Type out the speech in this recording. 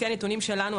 לפי הנתונים שלנו,